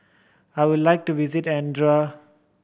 I would like to visit Andorra